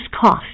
cost